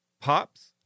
POPs